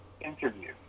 interview